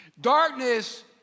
Darkness